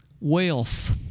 wealth